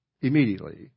Immediately